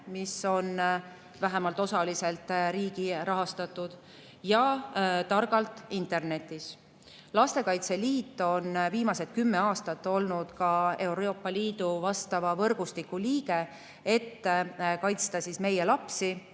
mis on vähemalt osaliselt riigi rahastatud, ja "Targalt internetis". Lastekaitse Liit on viimased kümme aastat olnud Euroopa Liidu vastava võrgustiku liige, et kaitsta meie lapsi